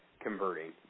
converting